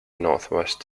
northwest